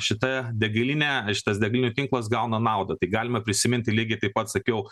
šita degalinė šitas degalinių tinklas gauna naudą tai galime prisiminti lygiai taip pat sakiau